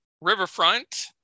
Riverfront